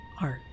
Art